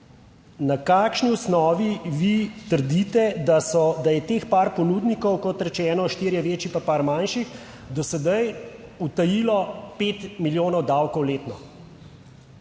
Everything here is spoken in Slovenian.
Na kakšni osnovi vi trdite, da je teh par ponudnikov kot rečeno štirje večji pa par manjših, do sedaj utajilo pet milijonov davkov letno?